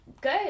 Good